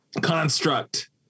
construct